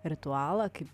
ritualą kaip